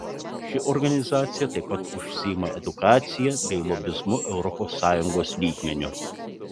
ši organizacija taip pat užsiima edukacija bei lobizmu europos sąjungos lygmeniu